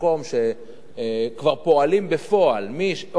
שפועלים בפועל מאוגוסט.